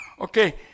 Okay